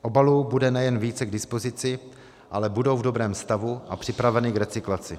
Obalů bude nejen více k dispozici, ale budou v dobrém stavu a připraveny k recyklaci.